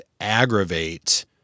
aggravate